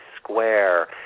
square